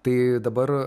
tai dabar